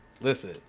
listen